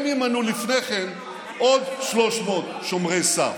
הם ימנו לפני כן עוד 300 שומרי סף.